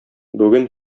бүген